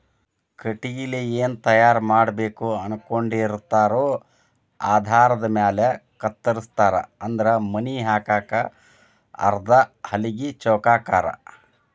ಕಟಗಿಲೆ ಏನ ತಯಾರ ಮಾಡಬೇಕ ಅನಕೊಂಡಿರತಾರೊ ಆಧಾರದ ಮ್ಯಾಲ ಕತ್ತರಸ್ತಾರ ಅಂದ್ರ ಮನಿ ಹಾಕಾಕ ಆದ್ರ ಹಲಗಿ ಚೌಕಾಕಾರಾ